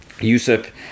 Yusuf